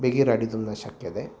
बहिरटितुं न शक्यते